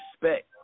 respect